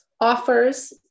offers